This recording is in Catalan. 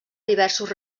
diversos